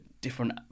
different